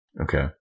Okay